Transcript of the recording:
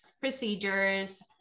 procedures